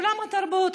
עולם התרבות,